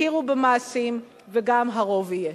יכירו במעשים וגם הרוב יהיה.